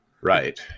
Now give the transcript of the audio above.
Right